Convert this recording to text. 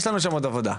יש לנו שם עוד עבודה.